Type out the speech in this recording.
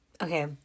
Okay